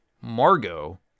Margot